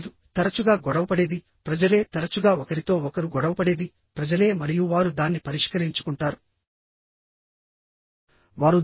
లేదు తరచుగా గొడవపడేది ప్రజలే తరచుగా ఒకరితో ఒకరు గొడవపడేది ప్రజలే మరియు వారు దాన్ని పరిష్కరించుకుంటారు